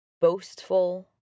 boastful